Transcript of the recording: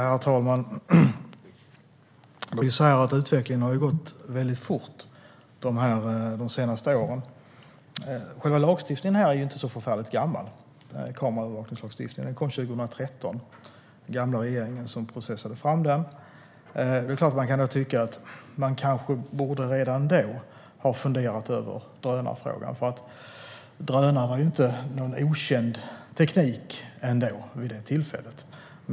Herr talman! Utvecklingen har gått fort de senaste åren. Själva kameraövervakningslagstiftningen är inte så förfärligt gammal; den kom 2013. Det var den gamla regeringen som processade fram den. Det är klart att man kan tycka att man redan då borde ha funderat över drönarfrågan, för drönarna var inte någon okänd teknik vid det tillfället.